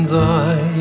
Thy